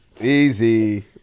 easy